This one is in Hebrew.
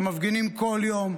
שמפגינים בכל יום,